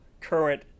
current